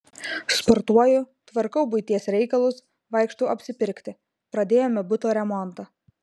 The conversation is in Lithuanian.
sportuoju tvarkau buities reikalus vaikštau apsipirkti pradėjome buto remontą